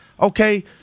okay